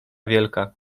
wielka